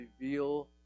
reveal